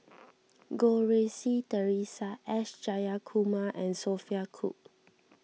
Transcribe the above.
Goh Rui Si theresa S Jayakumar and Sophia Cooke